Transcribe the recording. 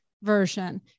version